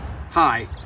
Hi